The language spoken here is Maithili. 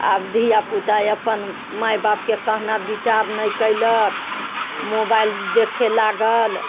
आब धियापुता अपन माय बापके कहना विचार नहि कयलक मोबाइल देखे लागल